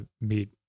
meet